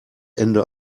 ende